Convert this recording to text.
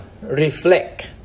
reflect